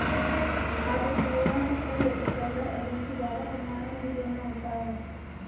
खाद्य उद्योगों को फूड स्टैंडर्ड एजेंसी द्वारा प्रमाणन भी लेना होता है